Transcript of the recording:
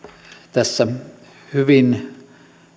tässä hyvin